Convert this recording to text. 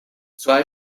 zwei